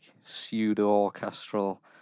pseudo-orchestral